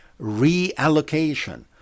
reallocation